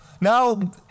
Now